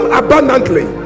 abundantly